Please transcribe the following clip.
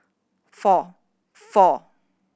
four four